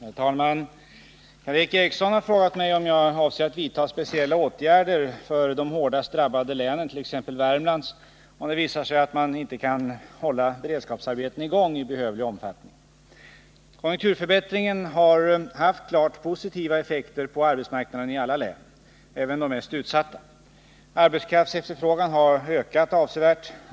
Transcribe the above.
Herr talman! Karl Erik Eriksson har frågat mig om jag avser att vidta speciella åtgärder för de hårdast drabbade länen, t.ex. Värmlands, om det visar sig att man inte kan hålla beredskapsarbeten i gång i behövlig omfattning. Konjunkturförbättringen har haft klart positiva effekter på arbetsmarknaden i alla län, även de mest utsatta. Arbetskraftsefterfrågan har ökat avsevärt.